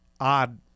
odd